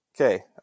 Okay